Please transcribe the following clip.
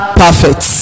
perfect